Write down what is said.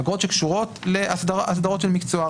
אגרות שקשורות לאסדרות של מקצוע.